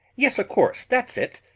yes of course that's it.